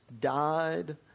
died